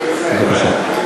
בבקשה.